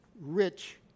rich